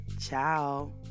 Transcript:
Ciao